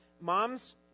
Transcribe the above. Moms